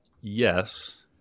Yes